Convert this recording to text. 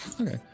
okay